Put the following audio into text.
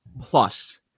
plus